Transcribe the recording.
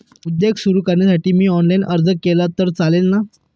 उद्योग सुरु करण्यासाठी मी ऑनलाईन अर्ज केला तर चालेल ना?